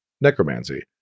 necromancy